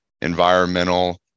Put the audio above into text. environmental